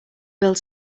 build